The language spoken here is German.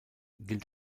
gilt